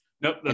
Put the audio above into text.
Nope